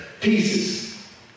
pieces